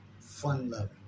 fun-loving